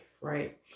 right